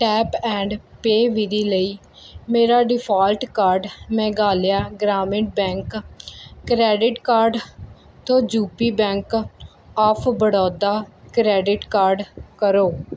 tap and pay ਵਿਧੀ ਲਈ ਮੇਰਾ default card Meghalaya Gramin bank credit card ਤੋਂ UP bank of Baroda credit card ਕਰੋ